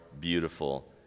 beautiful